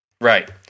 Right